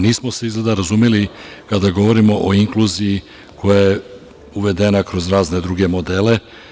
Nismo se izgleda razumeli kada govorimo o inkluziji koja uvedena kroz razne druge modele.